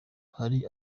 hari